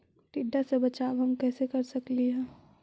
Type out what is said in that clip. टीडा से बचाव हम कैसे कर सकली हे?